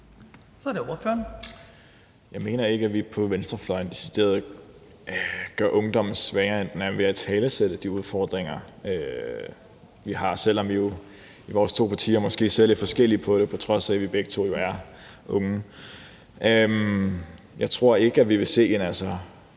Jeg mener ikke, at vi på venstrefløjen decideret gør ungdommen svagere, end den er, ved at italesætte de udfordringer, vi har, selv om vi jo i vores to partier måske ser lidt forskelligt på det, og på trods af at vi begge er unge. Jeg tror ikke, at vi ville se en kæmpe